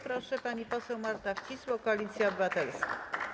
Proszę, pani poseł Marta Wcisło, Koalicja Obywatelska.